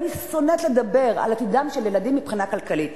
ואני שונאת לדבר על עתידם של ילדים מבחינה כלכלית,